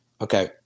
Okay